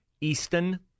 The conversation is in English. Easton